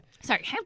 sorry